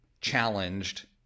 challenged